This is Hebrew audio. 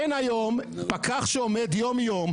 אין היום פקח שעומד יום יום,